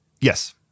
Yes